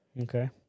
Okay